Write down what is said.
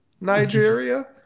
Nigeria